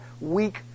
weak